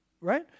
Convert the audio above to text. right